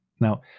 Now